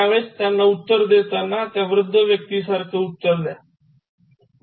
असे म्हणून तेव्हा त्या वृद्ध व्यक्ती सारखं उत्तर द्या केसांना फक्त कलर करा